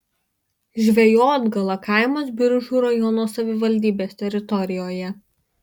žvejotgala kaimas biržų rajono savivaldybės teritorijoje